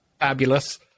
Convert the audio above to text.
fabulous